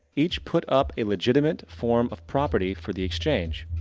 each put up a legitimate form of property for the exchange.